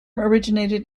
originated